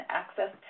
access